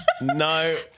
no